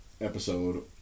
episode